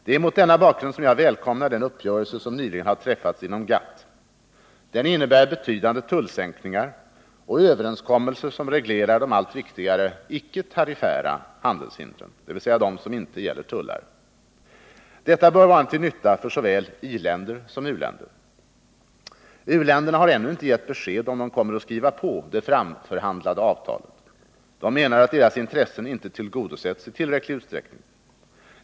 Det är mot denna bakgrund som jag välkomnar den uppgörelse som nyligen träffats inom GATT. Den innebär betydande tullsänkningar och överenskommelser som = reglerar de allt viktigare icke-tariffära handelshindren, dvs. de som inte gäller tullar. Detta bör vara till nytta för såväl i-länder som u-länder. U-länderna har ännu inte gett besked om de kommer att skriva på det framförhandlade avtalet. De menar att deras intressen inte tillgodosetts i tillräcklig utsträckning.